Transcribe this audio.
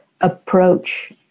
approach